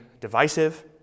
divisive